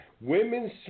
Women's –